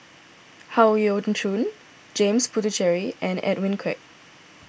Howe Yoon Chong James Puthucheary and Edwin Koek